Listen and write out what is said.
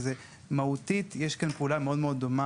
ומבחינה מהותית יש כאן פעולה טכנולוגית מאוד דומה.